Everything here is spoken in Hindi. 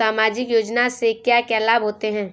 सामाजिक योजना से क्या क्या लाभ होते हैं?